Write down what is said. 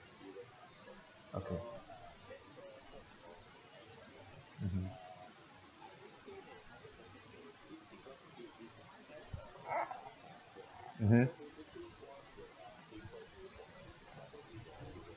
okay mmhmm mmhmm